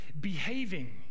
behaving